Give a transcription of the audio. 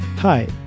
Hi